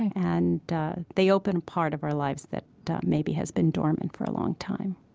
and they open a part of our lives that maybe has been dormant for a long time